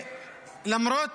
למרות